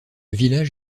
village